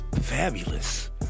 fabulous